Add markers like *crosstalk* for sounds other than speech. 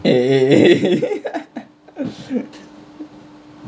eh eh eh *laughs*